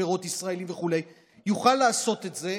פירות ישראליים וכו' יוכל לעשות את זה.